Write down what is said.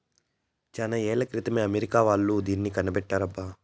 చానా ఏళ్ల క్రితమే అమెరికా వాళ్ళు దీన్ని కనిపెట్టారబ్బా